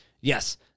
Yes